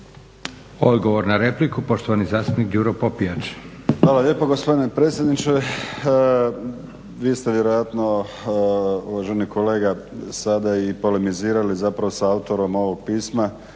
Odgovor na repliku, poštovani zastupnik Đuro Popijač. **Popijač, Đuro (HDZ)** Hvala lijepo gospodine predsjedniče. Vi ste vjerojatno uvaženi kolega sada i polemizirali sa autorom ovoga pisma